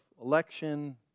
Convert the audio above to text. election